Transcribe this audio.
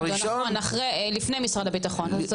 הראשון בגודלו, נכון, לפני משרד הביטחון.